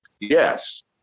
Yes